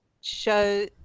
show